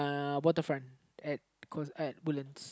waterfront at art Woodlands